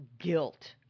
guilt